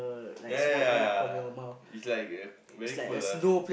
ya ya ya ya it's like a very cold ah